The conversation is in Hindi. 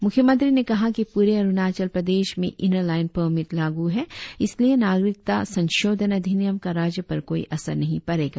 मुख्यमंत्री ने कहा कि पूरे अरुणाचल प्रदेश में ईनर लाईन परमिट लागू है इसलिए नागरिकता संशोधन अधिनियम का राज्य पर कोई असर नहीं पड़ेगा